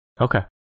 Okay